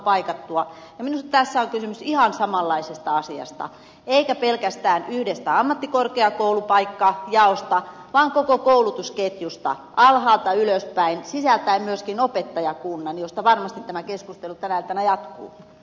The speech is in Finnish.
minusta tässä on kysymys ihan samanlaisesta asiasta eikä pelkästään yhdestä ammattikorkeakoulupaikkajaosta vaan koko koulutusketjusta alhaalta ylöspäin sisältäen myöskin opettajakunnan josta varmasti tämä keskustelu tänä iltana jatkuu